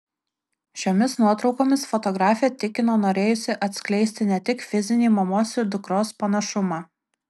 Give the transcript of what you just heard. šiomis nuotraukomis fotografė tikino norėjusi atskleisti ne tik fizinį mamos ir dukros panašumą